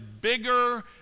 bigger